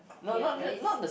ya there is